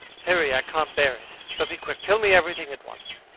harry, i can't bear it! but be quick. tell me everything at once.